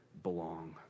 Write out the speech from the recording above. belong